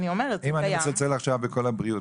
אם אני מצלצל עכשיו לקול הבריאות.